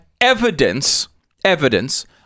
evidence—evidence—